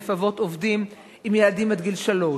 אבות עובדים עם ילדים עד גיל שלוש,